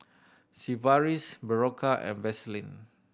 Sigvaris Berocca and Vaselin